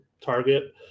target